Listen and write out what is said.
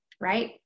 right